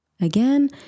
again